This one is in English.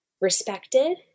respected